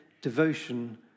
devotion